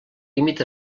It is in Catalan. límit